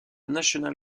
national